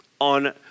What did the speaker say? on